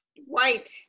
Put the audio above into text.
White